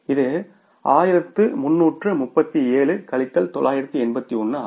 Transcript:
இது 1337 கழித்தல் 981 ஆகும்